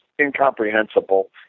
incomprehensible